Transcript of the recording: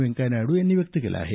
व्यंकय्या नायडू यांनी व्यक्त केलं आहे